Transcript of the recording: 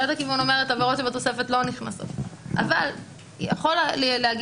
קריאת הכיוון אומרת עבירות שבתוספת לא נכנסות אבל יכול להגיע